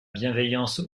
bienveillance